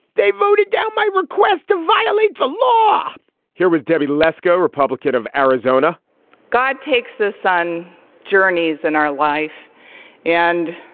they voted down my request to violate the law here was debbie lesko, republican of arizona god takes us on journeys in our life and